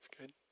Good